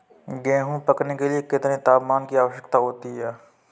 गेहूँ पकने के लिए कितने तापमान की आवश्यकता होती है?